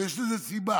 ויש לזה סיבה.